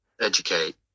educate